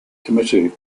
committee